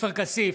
עופר כסיף,